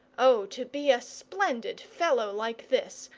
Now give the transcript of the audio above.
oh, to be a splendid fellow like this,